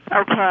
Okay